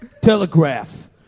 telegraph